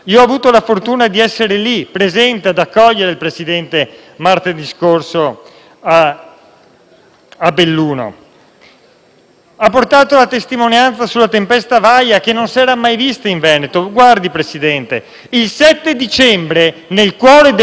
a Belluno. Ha portato la testimonianza sulla tempesta Vaia, che non si era mai vista in Veneto. Guardi, Presidente, il 7 dicembre, nel cuore delle Dolomiti, a Pieve di Cadore, si sono ritrovati relatori, studiosi e amministratori